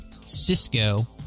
Cisco